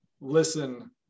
listen